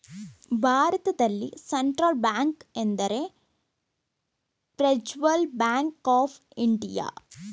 ಭಾರತದಲ್ಲಿ central bank ಎಂದರೆ ಪ್ರಜ್ವಲ್ ಬ್ಯಾಂಕ್ ಆಫ್ ಇಂಡಿಯಾ